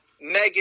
Megan